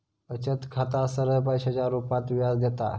बचत खाता सरळ पैशाच्या रुपात व्याज देता